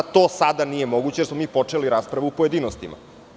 To sada nije moguće, jer smo mi počeli raspravu u pojedinostima.